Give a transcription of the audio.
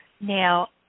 Now